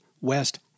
west